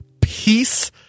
peace